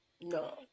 No